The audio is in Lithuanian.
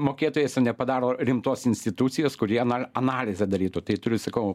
mokėtojas ir nepadaro rimtos institucijos kurie analizę darytų tai turiu sakau